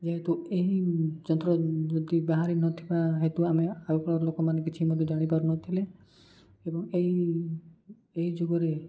ଯେହେତୁ ଏହି ଯନ୍ତ୍ର ଯଦି ବାହାରି ନଥିବା ହେତୁ ଆମେ ଆଉ ଲୋକମାନେ କିଛି ମଧ୍ୟ ଜାଣିପାରୁନଥିଲେ ଏବଂ ଏହି ଏହି ଯୁଗରେ